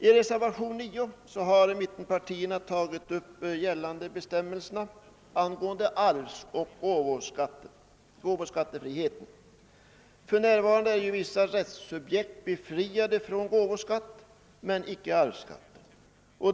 I reservationen 9 har mittenpartierna tagit upp gällande bestämmelser angående arvsoch gåvoskattefrihet. Det finns för närvarande rättssubjekt som är befriade från gåvoskatt men icke från arvsskatt.